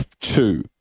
two